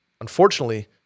Unfortunately